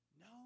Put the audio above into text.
No